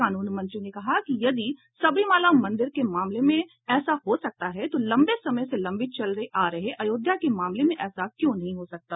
कानून मंत्री ने कहा कि यदि सबरीमाला मंदिर के मामले में ऐसा हो सकता है तो लंबे समय से लंबित चले आ रहे आयोध्या के मामले में ऐसा क्यों नही हो सकता